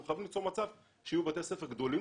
אנחנו חייבים ליצור מצב שיהיו בתי ספר גדולים